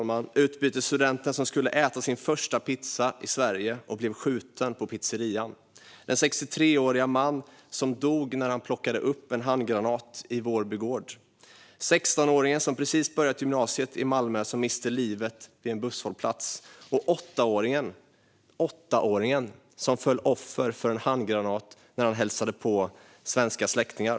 Det handlar om utbytesstudenten som skulle äta sin första pizza i Sverige och blev skjuten på pizzerian, den 63-årige man som dog när han plockade upp en handgranat i Vårby gård, 16-åringen som precis börjat gymnasiet i Malmö och som miste livet vid en busshållplats och om åttaåringen - åttaåringen - som föll offer för en handgranat när han hälsade på svenska släktingar.